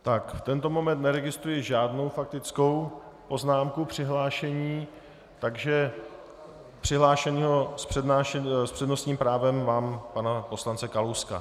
V tento moment neregistruji žádnou faktickou poznámku, přihlášení, takže přihlášeného s přednostním právem mám pana poslance Kalouska.